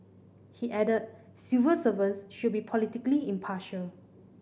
he added civil servants should be politically impartial